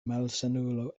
malsanulo